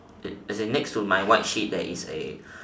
as in next to my white sheet there is a